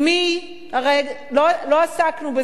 הרי לא עסקנו בזה,